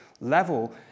level